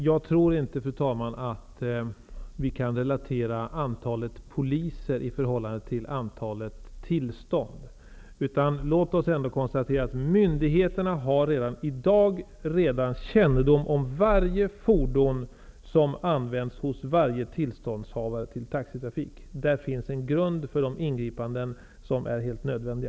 Fru talman! Jag tror inte att vi kan relatera antalet poliser till antalet tillstånd. Låt oss konstatera att myndigheterna redan i dag har kännedom om varje fordon som används hos varje innehavare av tillstånd till taxitrafik. Där finns en grund för de ingripanden som är helt nödvändiga.